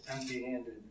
empty-handed